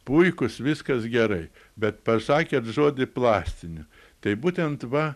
puikūs viskas gerai bet pasakėt žodį plastinį tai būtent va